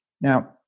Now